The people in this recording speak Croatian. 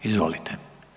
Izvolite.